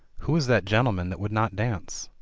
who is that gentleman that would not dance?